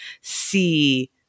see